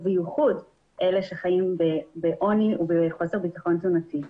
וביחוד אלה שחיים בעוני ובחוסר בטחון תזונתי.